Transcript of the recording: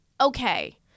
okay